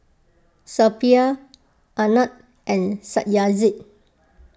Suppiah Anand and Satyajit